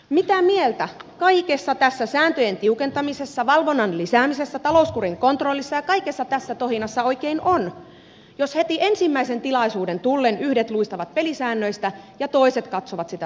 mitä mieltä kaikessa tässä sääntöjen tiukentamisessa valvonnan lisäämisessä talouskurin kontrollissa ja kaikessa tässä tohinassa oikein on jos heti ensimmäisen tilaisuuden tullen yhdet luistavat pelisäännöistä ja toiset katsovat sitä sormien läpi